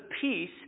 peace